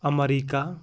America